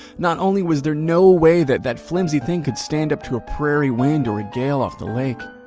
not only was there no way that that flimsy thing could stand up to a prairie wind or a gale off the lake.